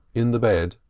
in the bed,